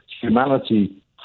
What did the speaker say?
humanity